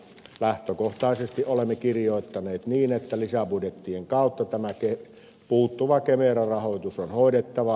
lähtökohtaisesti olemme kirjoittaneet niin että lisäbudjettien kautta tämä puuttuva kemera rahoitus on hoidettava